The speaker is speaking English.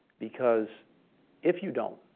because if you don't,